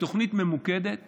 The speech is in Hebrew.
בתוכנית ממוקדת